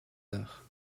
heures